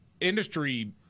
industry